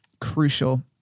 crucial